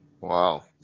wow